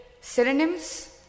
synonyms